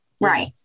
Right